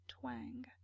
twang